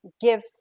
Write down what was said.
give